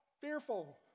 Fearful